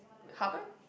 heartburn